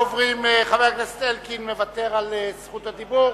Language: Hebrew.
חבר הכנסת אלקין מוותר על זכות הדיבור.